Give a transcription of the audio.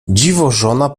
dziwożona